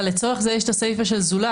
אבל לצורך זה יש סיפא של "זולת".